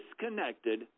disconnected